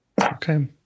Okay